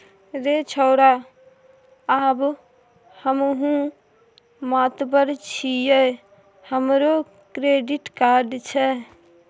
रे छौड़ा आब हमहुँ मातबर छियै हमरो क्रेडिट कार्ड छै